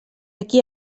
aquí